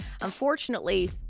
Unfortunately